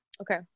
Okay